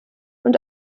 und